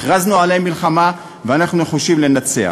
הכרזנו עליהם מלחמה, ואנחנו נחושים לנצח.